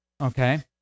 Okay